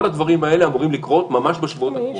כל הדברים האלה אמורים לקרות ממש בשבועות הקרובים.